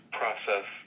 process